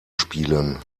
spielen